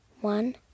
one